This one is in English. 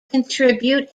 contribute